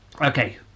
Okay